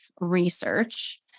research